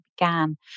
began